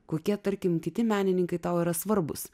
kokie tarkim kiti menininkai tau yra svarbus